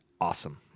awesome